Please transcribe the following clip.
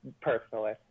personally